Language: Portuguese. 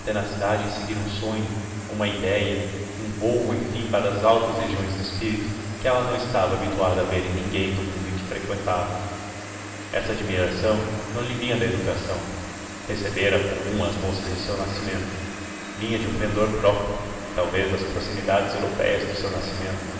uma tenacidade em seguir um sonho uma idéia um vôo enfim para as altas regiões do espírito que ela não estava habituada a ver em ninguém do mundo que freqüentava essa admiração não lhe vinha da educação recebera a comum às moças de seu nascimento vinha de um pendor próprio talvez das proximidades européias do seu nascimento